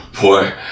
Boy